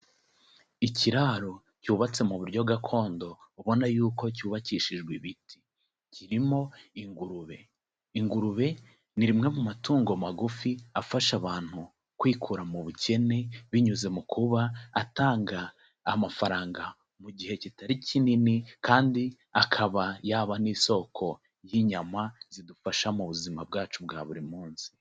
Ikiraro cyubatse mu buryo gakondo, ubona yuko cyubakishijwe ibiti. Kirimo ingurube. Ingurube ni rimwe mu matungo magufi, afasha abantu kwikura mu bukene, binyuze mu kuba atanga amafaranga mu gihe kitari kinini, kandi akaba yaba n'isoko y'inyama zidufasha mu buzima bwacu bwa buri munsi.